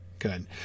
good